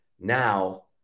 Now